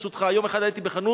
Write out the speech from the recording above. ברשותך: יום אחד הייתי בחנות,